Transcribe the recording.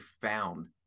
found